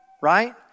right